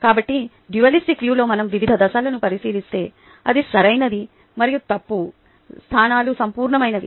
కాబట్టి డ్యుయల్ఇస్టిక్ వ్యూలో మనం వివిధ దశలను పరిశీలిస్తే అది సరైనది మరియు తప్పు స్థానాలు సంపూర్ణమైనవి